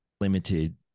limited